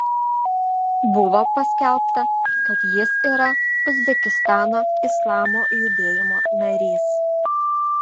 buvo paskelbta kad jis yra uzbekistano islamo judėjimo narys